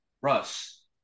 Russ